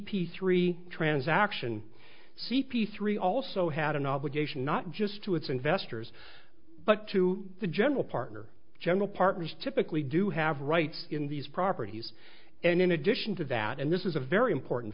p three transaction c p three also had an obligation not just to its investors but to the general partner general partners typically do have rights in these properties and in addition to that and this is a very important